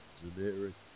generic